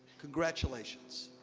congratulations.